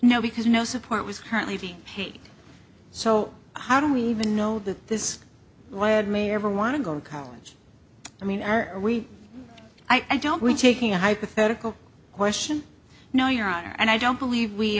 no because no support was currently being paid so how do we even know that this wild may ever want to go to college i mean are we i don't we're taking a hypothetical question no your honor and i don't believe we